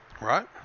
Right